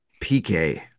pk